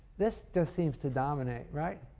this just seems to dominate, right?